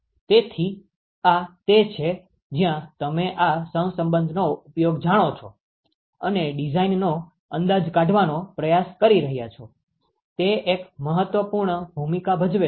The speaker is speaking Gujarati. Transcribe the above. તેથી આ તે છે જ્યાં તમે આ સહસંબંધનો ઉપયોગ જાણો છો અને ડિઝાઇનનો અંદાજ કાઢવાનો પ્રયાસ કરી રહ્યા છો તે એક મહત્વપૂર્ણ ભૂમિકા ભજવે છે